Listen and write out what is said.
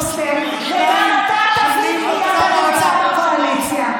וגם אתה תבין עם מי אתה נמצא בקואליציה.